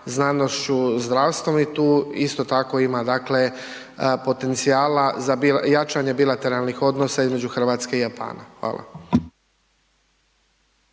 znanošću, zdravstvom i tu, isto tako ima potencijala za jačanje bilateralnih odnosa između Hrvatske i Japana. Hvala.